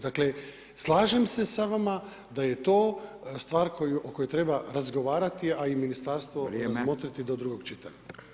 Dakle slažem se sa vama da je to stvar o kojoj treba razgovarati, a i ministarstvo razmotriti do drugog čitanja.